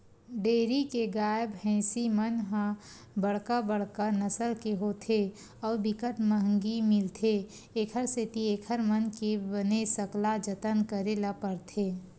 dairy के गाय, भइसी मन ह बड़का बड़का नसल के होथे अउ बिकट महंगी मिलथे, एखर सेती एकर मन के बने सकला जतन करे ल परथे